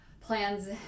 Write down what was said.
plans